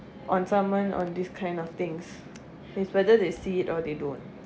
on someone on this kind of things is whether they see it or they don't